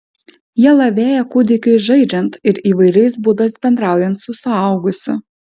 jie lavėja kūdikiui žaidžiant ir įvairiais būdais bendraujant su suaugusiu